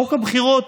חוק הבחירות.